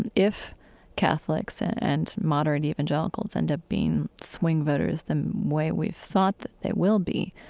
and if catholics and moderate evangelicals end up being swing voters the way we've thought that they will be,